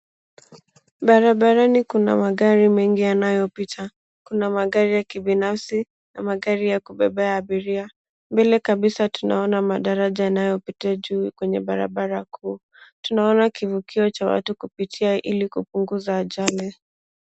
Barabarani kuna magari mengi yanayopita. Kuna magari ya kibinafsi na magari ya kubebea abiria. Mbele kabisa tunaona madaraja yanayopitia juu kwenye barabara kuu. Tunaona kivukio cha watu kupitia ili kupunguza ajali.